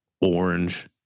orange